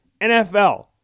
NFL